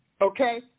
Okay